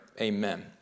Amen